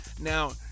Now